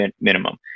minimum